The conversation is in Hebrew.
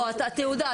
לא, תעודה.